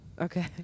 Okay